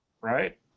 right